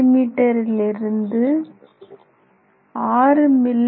me லிருந்து 6 மி